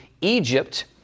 egypt